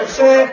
say